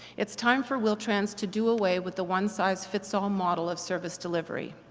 it's time for wheel-trans to do away with the one-size-fits-all model of service delivery.